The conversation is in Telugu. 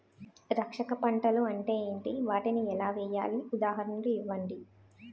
రక్షక పంటలు అంటే ఏంటి? వాటిని ఎలా వేయాలి? ఉదాహరణలు ఇవ్వండి?